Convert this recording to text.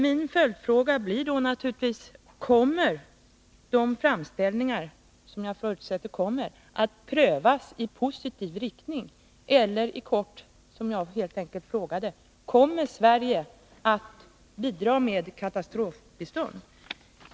Min följdfråga blir naturligtvis: Kommer dessa framställningar — som jag förutsätter inkommer — att prövas i positiv riktning? Jag har helt enkelt frågat: Kommer Sverige att bidra med katastrofbistånd?